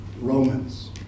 Romans